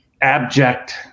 abject